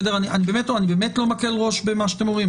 אני באמת לא מקל ראש במה שאתם אומרים.